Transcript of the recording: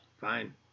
Fine